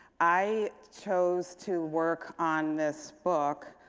i chose to work on this book,